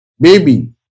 Baby